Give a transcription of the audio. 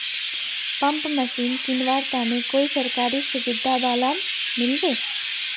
Pump machine किनवार तने कोई सरकारी सुविधा बा लव मिल्बी?